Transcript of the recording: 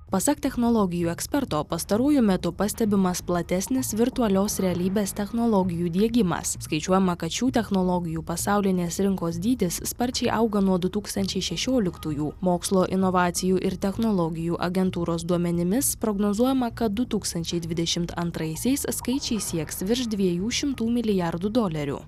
pasak technologijų eksperto pastarųjų metu pastebimas platesnis virtualios realybės technologijų diegimas skaičiuojama kad šių technologijų pasaulinės rinkos dydis sparčiai auga nuo du tūkstančiai šešioliktųjų mokslo inovacijų ir technologijų agentūros duomenimis prognozuojama kad du tūkstančiai dvidešimt antraisiais skaičiai sieks virš dviejų šimtų milijardų dolerių